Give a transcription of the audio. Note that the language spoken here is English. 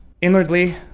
inwardly